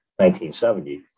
1970